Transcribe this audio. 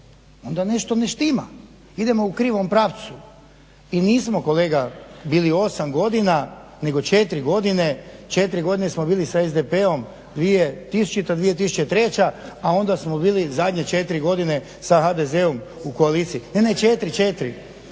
onda nešto ne štima idemo u krivom pravcu. I nismo kolega bili 8 godina, nego 4 godine, 4 godine smo bili sa SDP-om, 2000.-2003., a onda smo bili zadnje 4 godine sa HDZ-om u koaliciji, ne, ne 4.